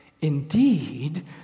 Indeed